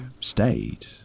stayed